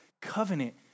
covenant